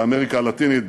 באמריקה הלטינית,